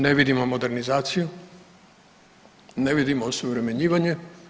Ne vidimo modernizaciju, ne vidimo osuvremenjivanje.